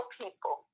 people